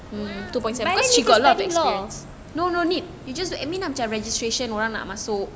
!whoa! but then she got to study law